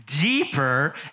deeper